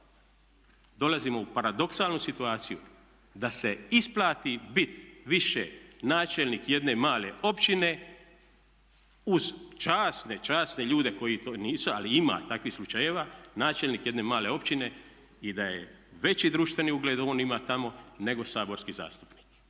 dolazimo u paradoksalnu situaciju da se isplati bit više načelnik jedne male općine uz časne, časne ljude koji to nisu, ali ima takvih slučajeva, načelnik jedne male općine i da je veći društveni ugled on ima tamo nego saborski zastupnik.